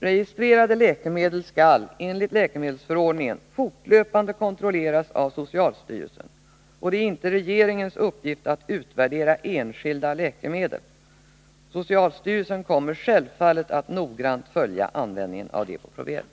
Registrerade läkemedel skall enligt läkemedelsförordningen fortlöpande kontrolleras av socialstyrelsen, och det är inte regeringens uppgift att utvärdera enskilda läkemedel. Socialstyrelsen kommer självfallet att noggrant följa användningen av Depo-Provera.